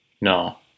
No